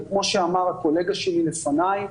וכמו שאמר הקולגה שלי לפניי,